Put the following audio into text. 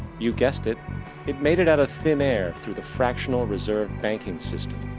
you guessed it it made it out of thin air through the fractional reserve banking system.